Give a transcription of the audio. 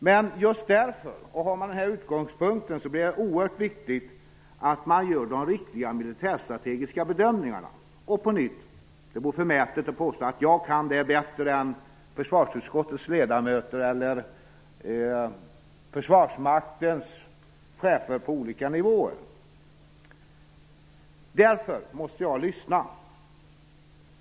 Men just därför, och med denna utgångspunkt, blir det oerhört viktigt att man gör den riktiga militärstrategiska bedömningarna. Det vore som sagt förmätet av mig att påstå att jag kan det här bättre än försvarsutskottets ledamöter eller Försvarsmaktens chefer på olika nivåer. Därför måste jag lyssna.